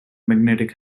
magnetic